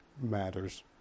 matters